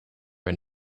and